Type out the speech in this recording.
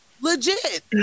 Legit